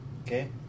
Okay